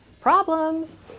Problems